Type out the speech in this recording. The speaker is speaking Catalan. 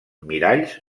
miralls